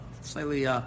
Slightly